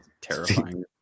Terrifying